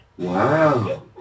Wow